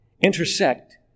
intersect